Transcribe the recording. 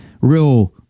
real